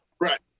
Right